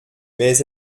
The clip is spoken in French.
mais